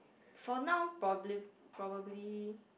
for now probably probably